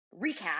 recap